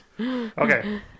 okay